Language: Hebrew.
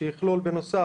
שיכלול בנוסף,